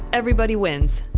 everybody wins.